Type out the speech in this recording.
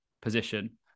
position